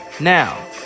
Now